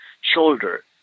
shoulder